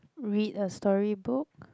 read a storybook